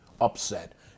upset